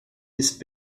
ist